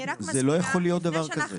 זה לא יכול להיות דבר כזה,